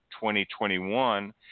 2021